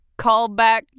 callback